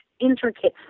intricate